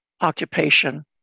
occupation